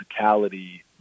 physicality